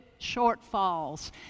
shortfalls